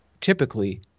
typically –